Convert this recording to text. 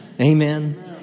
Amen